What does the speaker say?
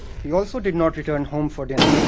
he also did not return home for dinner.